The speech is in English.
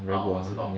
ah 我知道